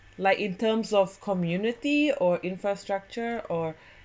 like in terms of community or infrastructure or